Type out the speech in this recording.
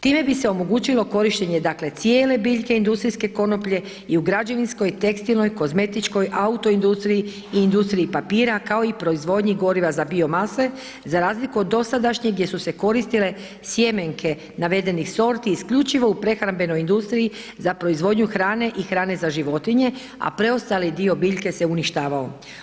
Time bi se omogućilo korištenje dakle cijele biljke industrijske konoplje i u građevinskoj, tekstilnoj, kozmetičkoj, autoindustriji i industriji papira kao i proizvodnji goriva za biomase za razliku od dosadašnje gdje su koristile sjemenke navedenih sorti u prehrambenoj industriji za proizvodnju hrane i hrane za životinje a preostali dio biljke se uništavao.